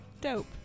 dope